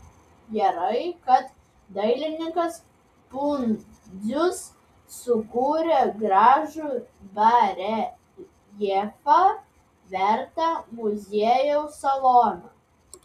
gerai kad dailininkas pundzius sukūrė gražų bareljefą vertą muziejaus salono